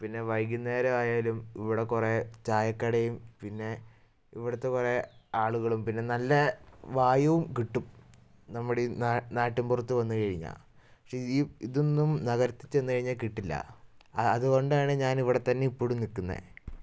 പിന്നെ വൈകുന്നേരം ആയാലും ഇവിടെ കുറേ ചായക്കടയും പിന്നെ ഇവിടത്തെ പോലെ ആളുകളും പിന്നെ നല്ല വായുവും കിട്ടും നമ്മുടെ നാട്ടിൻ പുറത്ത് വന്നു കഴിഞ്ഞാൽ പക്ഷേ ഈ ഇതൊന്നും നഗരത്തിൽ ചെന്നു കഴിഞ്ഞാൽ കിട്ടില്ല അതുകൊണ്ടാണ് ഞാൻ ഇവിടെ തന്നെ ഇപ്പോഴും നിൽക്കുന്നത്